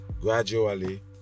Gradually